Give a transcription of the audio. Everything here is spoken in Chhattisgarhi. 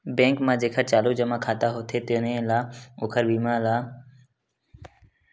बेंक म जेखर चालू जमा खाता होथे तेनो ल ओखर सीमा ले जादा पइसा निकाले के अधिकार देथे, अइसन करजा ल ओवर ड्राफ्ट केहे जाथे